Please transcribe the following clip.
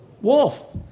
wolf